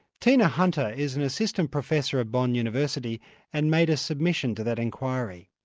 tina hunter is an assistant professor at bond university and made a submission to that inquiry.